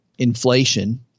inflation